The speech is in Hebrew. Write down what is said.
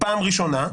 פעם ראשונה.